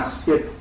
skip